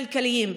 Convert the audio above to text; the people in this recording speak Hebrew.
כלכליים,